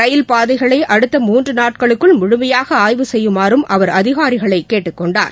ரயில் பாதைகளைஅடுத்த மூன்றுநாட்களுக்குள் முழுமையாகஆய்வு செய்யுமாறும் அவர் அதிகாரிகளைகேட்டுக்கொண்டார்